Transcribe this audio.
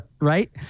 Right